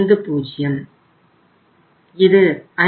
75 இது 1237